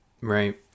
Right